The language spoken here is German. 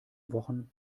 wochen